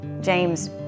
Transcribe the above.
James